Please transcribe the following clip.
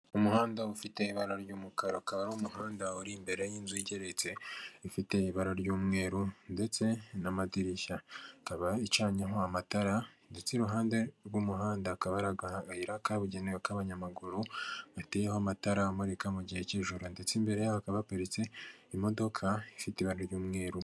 Umuhanda ufite ibara ry'umukara, ukaba ari umuhanda uri imbere y'inzu igeretse, ifite ibara ry'umweru ndetse n'amadirishya. Ikaba icanyeho amatara ndetse iruhande rw'umuhanda hakaba hari akayira kabugenewe k'abanyamaguru gateyeho amatara amurika mu gihe cy'ijoro ndetse imbere yaho hakaba haparitse imodoka ifite ibara ry'umweru.